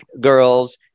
girls